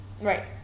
Right